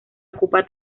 ocupa